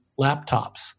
laptops